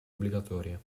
obbligatoria